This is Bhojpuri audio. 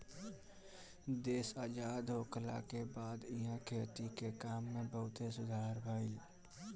देश आजाद होखला के बाद इहा खेती के काम में बहुते सुधार भईल